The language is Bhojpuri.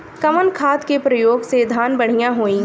कवन खाद के पयोग से धान बढ़िया होई?